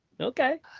Okay